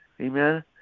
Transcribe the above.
Amen